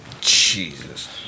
Jesus